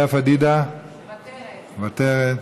לאה פדידה, מוותרת,